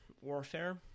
warfare